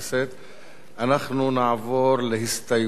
נעבור להסתייגויות קודם.